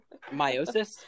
Meiosis